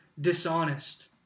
dishonest